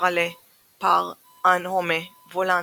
Australe par un Homme-Volant,